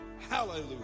Hallelujah